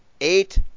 eight